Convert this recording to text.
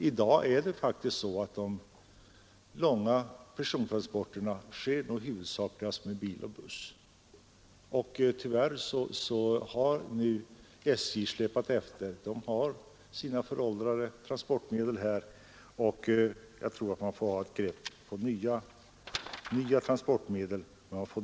I dag sker faktiskt de långa persontransporterna huvudsakligast med bil och buss. Tyvärr har nu SJ med sina föråldrade transportmedel släpat efter. Jag anser att man bör försöka få fram nya transportmedel.